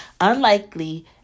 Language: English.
Unlikely